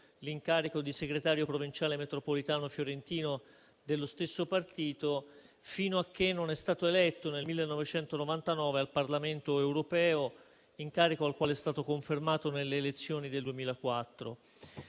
l'incarico di segretario provinciale metropolitano fiorentino dello stesso partito, fino a che non è stato eletto nel 1999 nel Parlamento europeo, incarico che gli è stato confermato nelle elezioni del 2004.